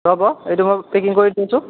ৰ'ব এইটো মই পেকিং কৰি দি আছোঁ